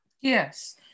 Yes